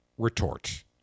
Retort